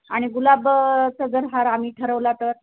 आणि गुलाबचं जर हार आम्ही ठरवला तर